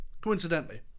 coincidentally